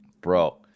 bro